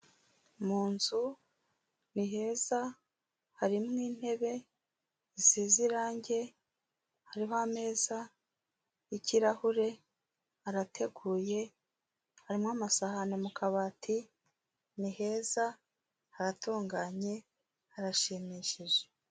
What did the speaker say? Mu nzu ni heza harimo intebe zisize irangi hariho ameza y'ikirahure arateguye hari amasahani mu kabati ni heza haratunganye harashimishije.